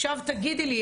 עכשיו תגידי לי,